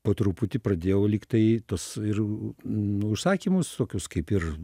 po truputį pradėjau lyg tai tuos ir nu užsakymus tokius kaip ir